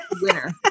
winner